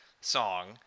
song